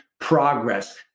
progress